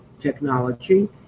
technology